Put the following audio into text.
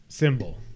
symbol